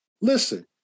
listen